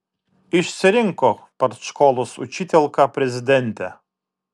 išsirinko partškolos učitielka prezidentę